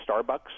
Starbucks